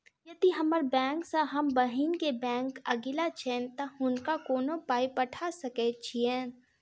यदि हम्मर बैंक सँ हम बहिन केँ बैंक अगिला छैन तऽ हुनका कोना पाई पठा सकैत छीयैन?